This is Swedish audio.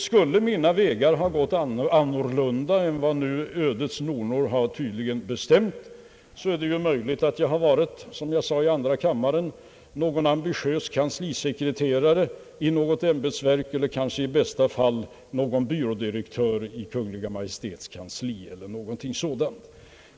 Skulle mina vägar ha gått annorlunda än vad nu ödets nornor tydligen har bestämt, är det möjligt att jag — som jag sade i andra kammaren — hade varit en ambitiös kanslisekreterare i något ämbetsverk eller kanske i bästa fall byrådirektör i Kungl. Maj:ts kansli eller något liknande.